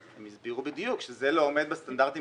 הם הסבירו בדיוק שזה לא עומד בסטנדרטים